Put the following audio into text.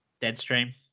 Deadstream